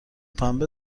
پنبه